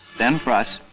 then for us,